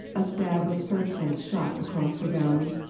a stab of searchlight shot across the valley,